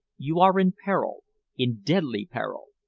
you are in peril in deadly peril!